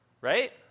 right